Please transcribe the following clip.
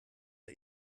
der